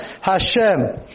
Hashem